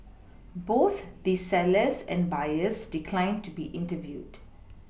both the sellers and buyers declined to be interviewed